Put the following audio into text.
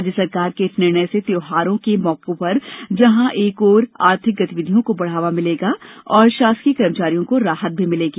राज्य शासन के इस निर्णय से त्यौहार मौके पर जहां एक ओर आर्थिक गतिविधियों को बढ़ावा मिलेगा और शासकीय कर्मचारियों को राहत मिलेगी